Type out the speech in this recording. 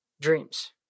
dreams